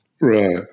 Right